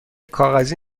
کاغذی